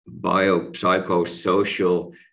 biopsychosocial